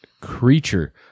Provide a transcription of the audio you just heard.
creature